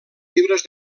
llibres